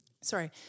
Sorry